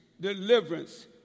deliverance